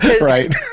Right